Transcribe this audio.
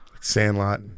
Sandlot